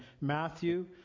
Matthew